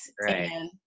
Right